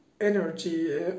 energy